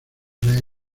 rey